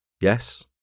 Yes